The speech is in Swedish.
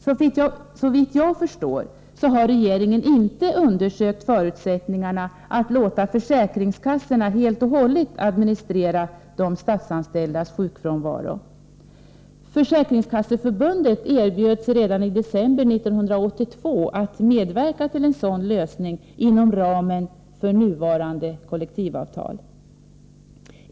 Såvitt jag förstår har regeringen inte undersökt förutsättningarna att låta försäkringskassorna helt och hållet administrera de statsanställdas sjukfrånvaro. Försäkringskasseförbundet erbjöd sig redan i december 1982 att medverka till en sådan lösning inom ramen för nuvarande kollektivavtal.